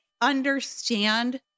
understand